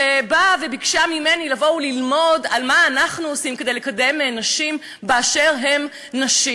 שבאה וביקשה ללמוד מה אנחנו עושים כדי לקדם נשים באשר הן נשים.